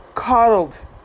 coddled